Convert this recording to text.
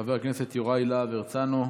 חבר הכנסת יוראי להב הרצנו,